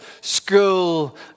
school